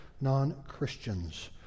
non-Christians